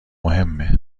مهمه